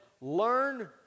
learn